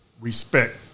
respect